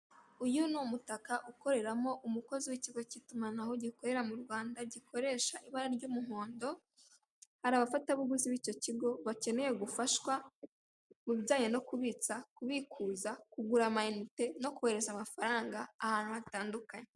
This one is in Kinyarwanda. Uyu ni umutaka ukoreramo umukozi w'ikigo k'itumanaho gikorera mu Rwanda gikoresha ibara ry'umuhondo, hari abafatabuguzi b'icyo kigo bakeneye gufashwa mu bijyanye no kubitsa, kubikuza, kugura amayinite no kohereza amafaranga ahantu hatandukanye.